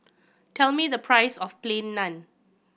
tell me the price of Plain Naan